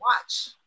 Watch